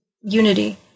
unity